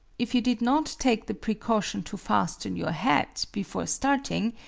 if you did not take the precaution to fasten your hat before starting,